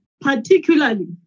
particularly